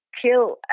kill